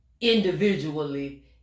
individually